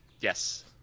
Yes